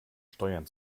steuern